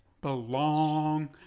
Belong